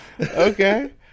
Okay